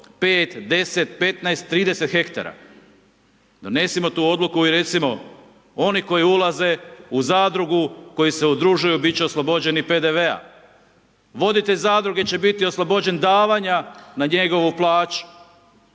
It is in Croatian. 5, 10, 15, 30 hektara, donesimo tu odluku i recimo oni koji ulaze u zadrugu, koji se udružuju, bit će oslobođeni PDV-a. Voditelj zadruge će biti oslobođen davanja na njegovu plaću.